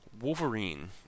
Wolverine